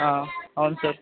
అవును సార్